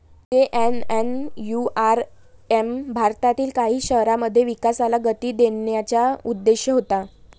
JNNURM भारतातील काही शहरांमध्ये विकासाला गती देण्याचा उद्देश होता